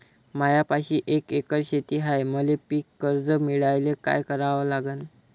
मायापाशी एक एकर शेत हाये, मले पीककर्ज मिळायले काय करावं लागन?